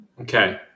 Okay